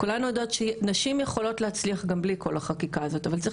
כולנו יודעות שנשים יכולות להצליח גם בלי כל החקיקה הזאת אבל צריך